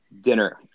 Dinner